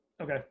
okay